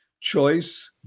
Choice